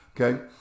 okay